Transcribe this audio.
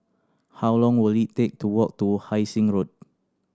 how long will it take to walk to Hai Sing Road